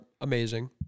amazing